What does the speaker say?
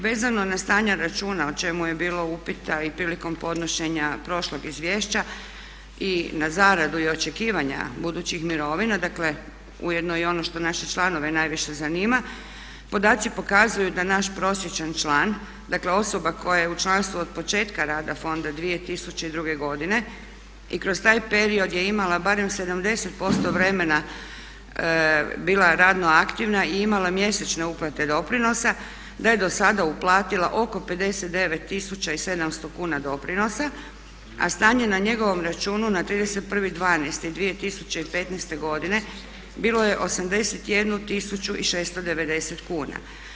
Vezano na stanje računa o čemu je bilo upita i prilikom podnošenja prošlog izvješća i na zaradu i očekivanja budućih mirovina, dakle ujedno i ono što naše članove najviše zanima podaci pokazuju da naš prosječan član, dakle osoba koja je u članstvu od početka rada fonda 2002. godine i kroz taj period je imala barem 70% vremena i bila radno aktivna i imala mjesečne uplate doprinosa da je dosada uplatila oko 59 700 kuna doprinosa, a stanje na njegovom računu na 31.12.2015. godine bilo je 81 690 kuna.